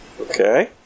Okay